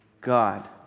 God